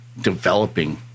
developing